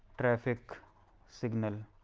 traffic signal,